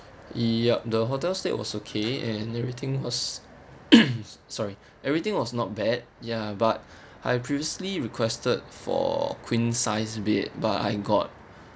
yup the hotel stay was okay and everything was sorry everything was not bad ya but I previously requested for queen size bed but I got